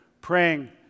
praying